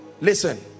Listen